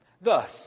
thus